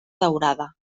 daurada